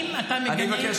האם אתה מגנה,